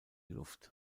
luft